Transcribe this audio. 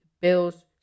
Bills